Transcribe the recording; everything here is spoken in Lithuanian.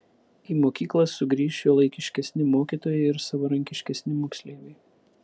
į mokyklas sugrįš šiuolaikiškesni mokytojai ir savarankiškesni moksleiviai